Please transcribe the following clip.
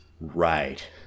Right